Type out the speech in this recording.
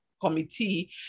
committee